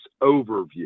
overview